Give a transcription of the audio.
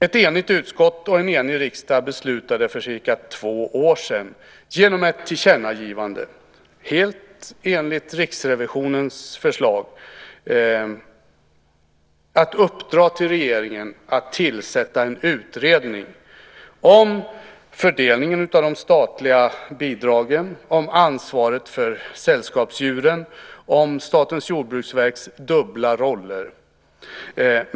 Ett enigt utskott och en enig riksdag beslutade för cirka två år sedan, genom ett tillkännagivande, helt enligt Riksrevisionens förslag att uppdra till regeringen att tillsätta en utredning om fördelningen av de statliga bidragen, om ansvaret för sällskapsdjuren och om Statens jordbruksverks dubbla roller.